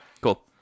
cool